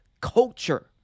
culture